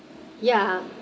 ya